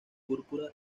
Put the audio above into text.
púrpura